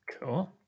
Cool